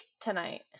tonight